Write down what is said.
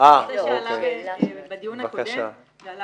שעלה בחטף בדיון הקודם ולא